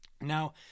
Now